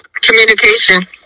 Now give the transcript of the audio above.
Communication